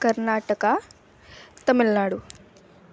Karnataka Tamil Nadu